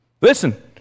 listen